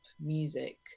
music